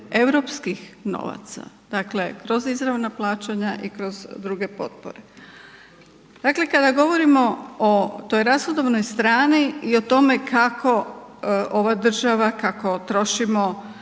europskih novaca, dakle kroz izravna plaćanja i kroz druge potpore. Dakle kada govorimo o toj rashodovnoj strani i o tome kako ova država, kako trošimo